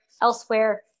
elsewhere